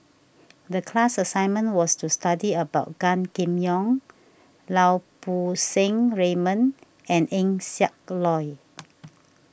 the class assignment was to study about Gan Kim Yong Lau Poo Seng Raymond and Eng Siak Loy